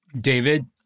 David